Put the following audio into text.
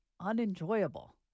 unenjoyable